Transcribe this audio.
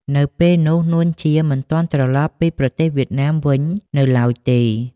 នៅពេលនោះ នួន ជា មិនទាន់ត្រឡប់ពីប្រទេសវៀតណាមវិញ នៅឡើយទេ។